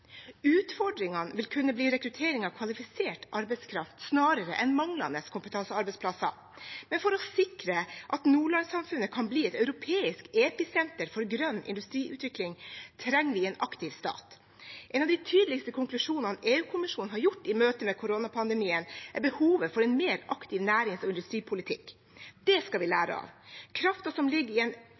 vil kunne bli rekruttering av kvalifisert arbeidskraft snarere enn manglende kompetansearbeidsplasser. For å sikre at Nordlands-samfunnet kan bli et europeisk episenter for grønn industriutvikling, trenger vi en aktiv stat. En av de tydeligste konklusjonene EU-kommisjonen har gjort i møte med koronapandemien, er behovet for en mer aktiv nærings- og industripolitikk. Det skal vi lære av. Kraften som ligger i